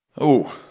oh.